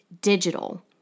digital